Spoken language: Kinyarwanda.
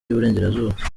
y’iburengerazuba